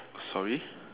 sorry